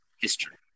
history